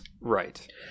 Right